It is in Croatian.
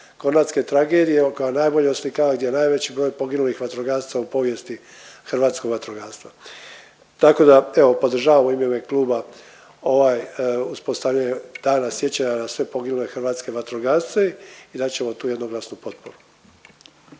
hrvatske tragedije koja najbolje oslikaje gdje je najveći broj poginulih vatrogasaca u povijesti hrvatskog vatrogastva. Tako da evo podržavam u ime kluba ovaj uspostavljanje Dana sjećanja na sve poginule hrvatske vatrogasce i dat ćemo im tu jednu glasnu potporu.